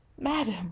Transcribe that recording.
Madam